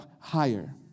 higher